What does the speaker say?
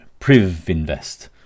Privinvest